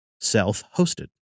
self-hosted